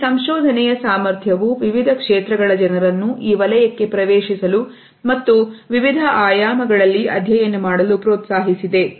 ಈ ಸಂಶೋಧನೆಯ ಸಾಮರ್ಥ್ಯವು ವಿವಿಧ ಕ್ಷೇತ್ರಗಳ ಜನರನ್ನು ಈ ವಲಯಕ್ಕೆ ಪ್ರವೇಶಿಸಲು ಮತ್ತು ವಿವಿಧ ಆಯಾಮಗಳಲ್ಲಿ ಅಧ್ಯಯನ ಮಾಡಲು ಪ್ರೋತ್ಸಾಹಿಸಿದೆ